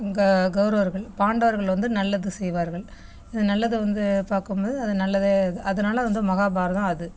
அங்கே கௌரவர்கள் பாண்டவர்கள் வந்து நல்லது செய்வார்கள் இது நல்லதை வந்து பார்க்கும்போது அது நல்லது இது அதனால வந்து மகாபாரதம் அது